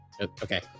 Okay